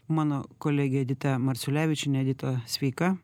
mano kolegė edita marčiulevičienė edita sveika